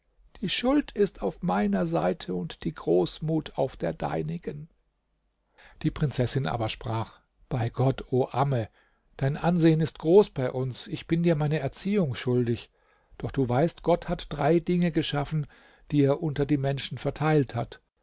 die schuld ist auf meiner seite und die großmut auf der deinigen die prinzessin aber sprach bei gott o amme dein ansehen ist groß bei uns ich bin dir meine erziehung schuldig doch du weißt gott hat drei dinge geschaffen die er unter die menschen verteilt hat